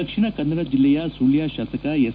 ದಕ್ಷಿಣ ಕನ್ನಡ ಜಿಲ್ಲೆಯ ಸುಳ್ಯ ಶಾಸಕ ಎಸ್